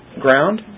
ground